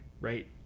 right